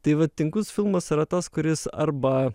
tai va tingus filmas yra tas kuris arba